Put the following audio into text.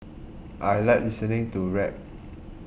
I like listening to rap